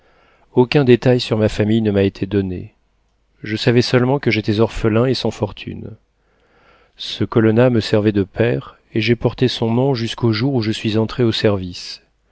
aucun détail sur ma famille ne m'a été donné je savais seulement que j'étais orphelin et sans fortune ce colonna me servait de père et j'ai porté son nom jusqu'au jour où je suis entré au service